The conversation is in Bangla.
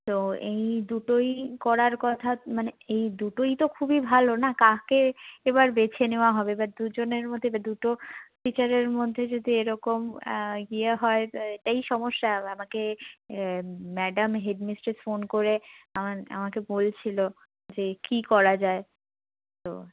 তো এই দুটোই করার কথা মানে এই দুটোই তো খুবই ভালো না কাকে এবার বেছে নেওয়া হবে এবার দুজনের মধ্যে এবার দুটো টিচারের মধ্যে যদি এরকম ইয়ে হয় তো এটাই সমস্যা আমাকে ম্যাডাম হেড মিসট্রেস ফোন করে আমাকে বলছিলো যে কী করা যায় তো